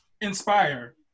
inspire